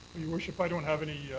your worship, i don't have any